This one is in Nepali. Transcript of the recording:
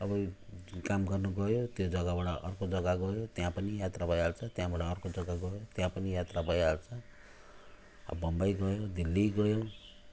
अब काम गर्नु गयो त्यो जग्गाबाट अर्को जग्गा गयो त्यहाँ पनि यात्रा भइहाल्छ त्यहाँबाट अर्को जग्गा गयो त्यहाँ पनि यात्रा भइहाल्छ बम्बई गयो दिल्ली गयो